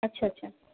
अच्छा अच्छा